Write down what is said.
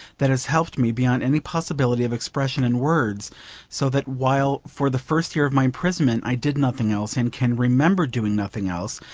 that has helped me beyond any possibility of expression in words so that while for the first year of my imprisonment i did nothing else, and can remember doing nothing else,